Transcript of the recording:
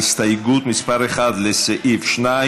יוסף ג'בארין,